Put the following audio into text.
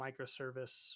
microservice